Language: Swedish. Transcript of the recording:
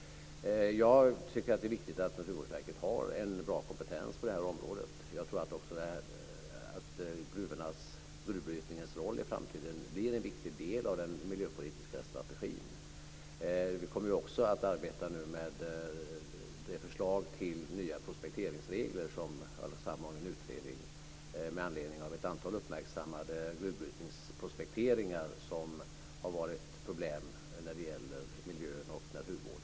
Jag tycker att det är viktigt att Naturvårdsverket har en bra kompetens på det här området. Jag tror också att gruvbrytningens roll i framtiden blir en viktig del av den miljöpolitiska strategin. Vi kommer nu också att arbeta med det förslag till nya prospekteringsregler som har lagts fram av en utredning med anledning av ett antal uppmärksammade gruvbrytningsprospekteringar där det varit problem när det gällt miljön och naturvården.